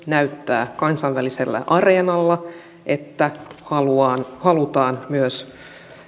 näyttää kansainvälisellä areenalla että halutaan myös